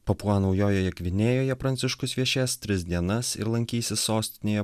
papua naujojoje gvinėjoje pranciškus viešės tris dienas ir lankysis sostinėje